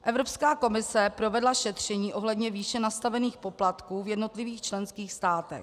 Evropská komise provedla šetření ohledně výše nastavených poplatků v jednotlivých členských státech.